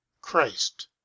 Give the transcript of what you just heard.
christ